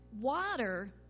water